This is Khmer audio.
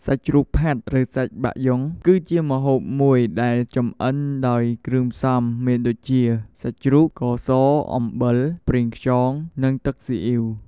សាច់ជ្រូកផាត់ ឬសាច់បាក់យ៉ុង គឺជាម្ហូបមួយដែលចំអិនដោយគ្រឿងផ្សំមានដូចជា សាច់ជ្រូក ស្ករស អំបិល ប្រេងខ្យង និងទឹកស៊ីអ៊ីវ ។